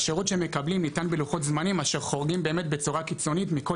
השירות שהם מקבלים ניתן בלוחות זמנים אשר חורגים באמת בצורה קיצונית מכל